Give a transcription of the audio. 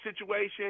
situation